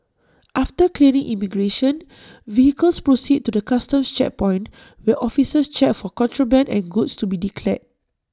after clearing immigration vehicles proceed to the Customs checkpoint where officers check for contraband and goods to be declared